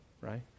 right